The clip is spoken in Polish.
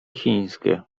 chińskie